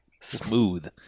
Smooth